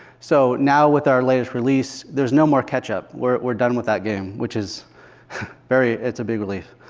so now with our latest release, there's no more catch-up. we're done with that game, which is very it's a big relief.